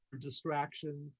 distractions